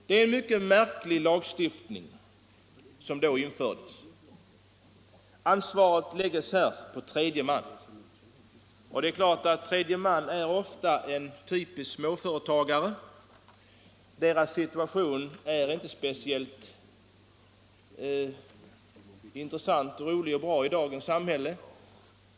Det var en mycket märklig lagstiftning som då infördes. Ansvaret läggs där på tredje man. Tredje man är ofta en typisk småföretagare, och småföretagarnas situation är inte särskilt rolig i dagens samhälle.